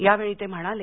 या वेळी ते म्हणाले